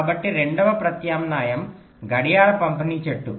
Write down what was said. కాబట్టి రెండవ ప్రత్యామ్నాయం గడియార పంపిణీ చెట్టు